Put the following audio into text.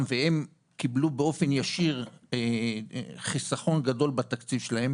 והם קיבלו באופן ישיר חיסכון גדול בתקציב שלהם